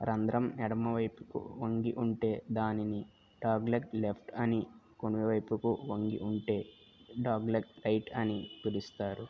రంధ్రం ఎడమవైపుకు వంగి ఉంటే దానిని డాగ్లెగ్ లెఫ్ట్ అని కుడివైపుకు వంగి ఉంటే డాగ్లెగ్ రైట్ అని పిలుస్తారు